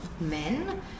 men